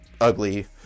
ugly